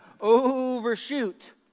overshoot